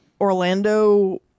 Orlando